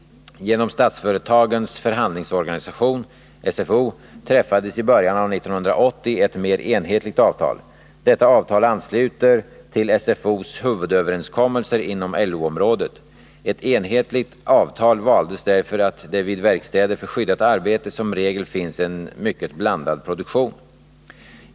Genom statsföretagens förhandlingsorganisation, SFO, träffades i början av 1980 ett mer enhetligt avtal. Detta avtal ansluter till SFO:s huvudöverenskommelser inom LO-området. Ett enhetligt avtal valdes därför att det vid verkstäder för skyddat arbete som regel finns en mycket blandad produktion.